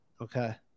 Okay